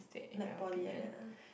like poly like that ah